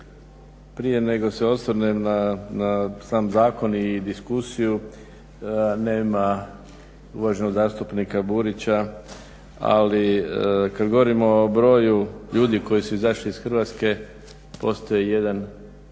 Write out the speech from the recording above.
prije nego se osvrnem na sam zakon i diskusiju nema uvaženog zastupnika Burića. Ali kad govorimo o broju ljudi koji su izašli iz Hrvatske postoji jedan